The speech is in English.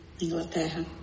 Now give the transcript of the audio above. Inglaterra